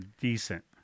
decent